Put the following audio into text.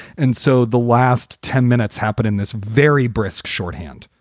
and so the last ten minutes happened in this very brisk shorthand.